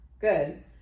good